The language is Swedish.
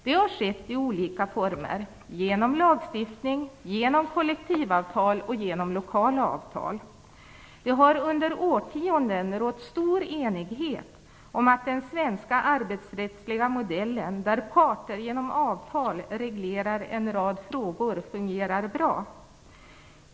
Det har skett i olika former, t.ex. genom lagstiftning, genom kollektiv avtal och genom lokala avtal. Det har under årtionden rått stor enighet om att den svenska arbetsrättsliga modellen, där parter genom avtal reglerar en rad frågor, fungerar bra.